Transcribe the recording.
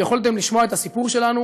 ויכולתם לשמוע את הסיפור שלנו,